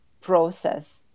process